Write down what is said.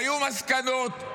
היו מסקנות,